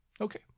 Okay